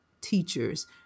teachers